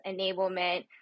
enablement